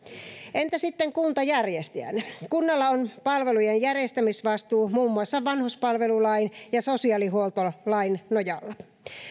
entä sitten kunta järjestäjänä kunnalla on palvelujen järjestämisvastuu muun muassa vanhuspalvelulain ja sosiaalihuoltolain nojalla